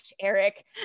Eric